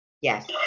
Yes